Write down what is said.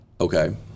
Okay